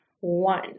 one